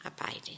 abiding